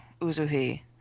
Uzuhi